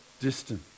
Distant